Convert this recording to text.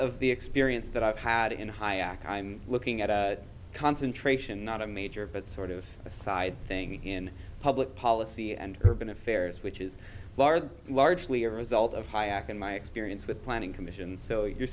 of the experience that i've had in high act i'm looking at a concentration not a major but sort of a side thing in public policy and urban affairs which is largely largely a result of high octane my experience with planning commission so you